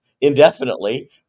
indefinitely